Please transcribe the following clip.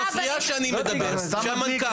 אני --- היא מפריעה כשאני מדבר וכשהמנכ"ל.